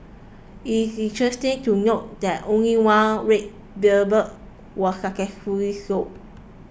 it is interesting to note that only one red was successfully sold